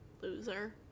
loser